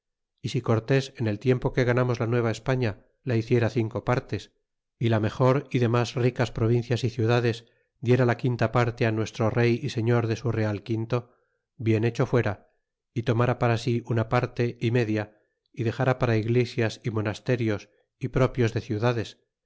y si cortés en el tiempo que ganamos la nueva españa la hiciera cinco partes y la mejor y demas ricas provincias y ciudades diera la quinta parle á nuestro rey y señor de su real quin to bien hecho fuera y tomara para si una parte y media y dexara para iglesias y monasterios y propios de ciudades